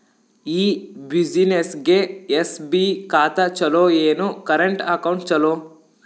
ಈ ಬ್ಯುಸಿನೆಸ್ಗೆ ಎಸ್.ಬಿ ಖಾತ ಚಲೋ ಏನು, ಕರೆಂಟ್ ಅಕೌಂಟ್ ಚಲೋ?